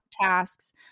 tasks